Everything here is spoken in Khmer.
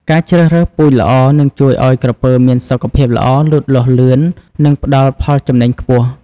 ការជ្រើសរើសពូជល្អនឹងជួយឲ្យក្រពើមានសុខភាពល្អ លូតលាស់លឿន និងផ្តល់ផលចំណេញខ្ពស់។